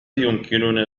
يمكننا